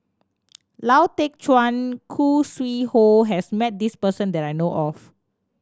Lau Teng Chuan Khoo Sui Hoe has met this person that I know of